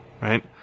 right